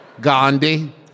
Gandhi